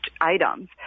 items